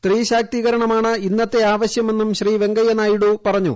സ്ത്രീശാക്തീകരണമാണ് ഇന്നത്തെ ആവശ്യമെന്നും ശ്രീ വെങ്കയ്യനായിഡു പറഞ്ഞു